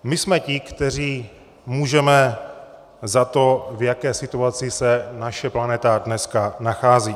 My jsme ti, kteří můžeme za to, v jaké situaci se naše planeta dneska nachází.